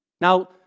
Now